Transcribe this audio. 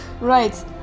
Right